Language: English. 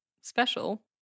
special